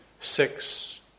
six